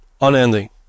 unending